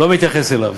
לא מתייחס אליו.